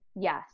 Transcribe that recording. Yes